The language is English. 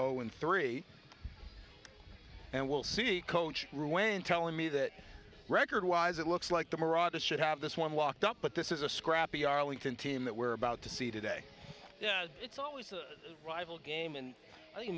and three and we'll see coach ruane telling me that record wise it looks like the marotta should have this one locked up but this is a scrappy arlington team that we're about to see today yeah it's always a rival game and